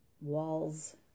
walls